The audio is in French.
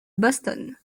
boston